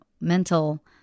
mental